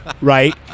right